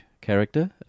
character